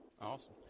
Awesome